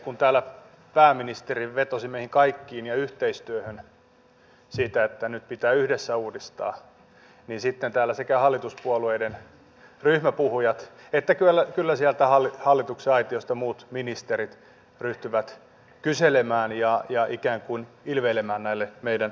kun täällä pääministeri vetosi meihin kaikkiin ja yhteistyöhön siinä että nyt pitää yhdessä uudistaa niin sitten sekä hallituspuolueiden ryhmäpuhujat että sieltä hallituksen aitiosta muut ministerit ryhtyvät kyselemään ja ikään kuin ilveilemään näille meidän esityksillemme